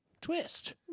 Twist